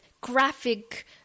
graphic